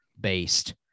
based